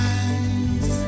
eyes